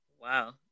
Wow